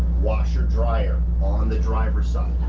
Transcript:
washer dryer on the driver's side.